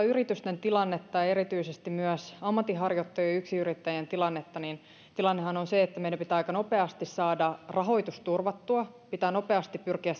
yritysten tilannetta ja ja erityisesti myös ammatinharjoittajien ja yksinyrittäjien tilannetta niin tilannehan on se että meidän pitää aika nopeasti saada rahoitus turvattua pitää nopeasti pyrkiä